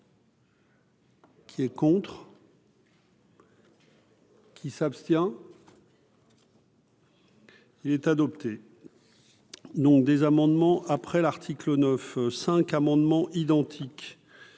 Qui est contre. Qui s'abstient. Il est adopté, donc des amendements après l'article 9 5 amendements identiques